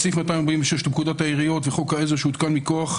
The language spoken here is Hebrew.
"סעיף 246 לפקודת העיריות וחוק העזר שהותקן מכוח,